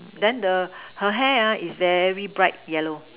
then the her hair ah is very bright yellow